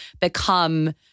become